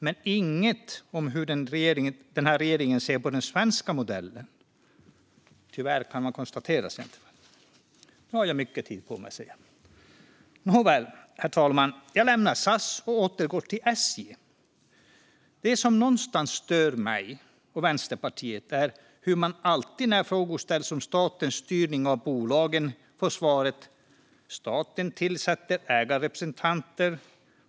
Vi hörde dock inget om hur den här regeringen ser på den svenska modellen - tyvärr, kan väl konstateras. Herr talman! Jag lämnar SAS och återgår till SJ. Det som någonstans stör mig och Vänsterpartiet är hur vi alltid när frågor ställs om statens styrning av bolagen får svaret att staten tillsätter ägarrepresentanter.